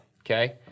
Okay